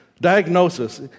diagnosis